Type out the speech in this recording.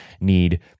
need